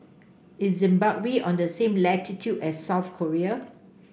is Zimbabwe on the same latitude as South Korea